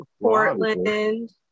Portland